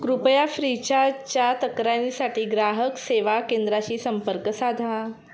कृपया फ्रीचार्जच्या तक्रारीसाठी ग्राहक सेवा केंद्राशी संपर्क साधा